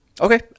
Okay